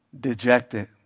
dejected